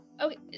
Okay